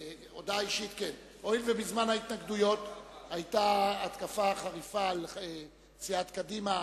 הואיל ובזמן ההתנגדויות היתה התקפה חריפה על סיעת קדימה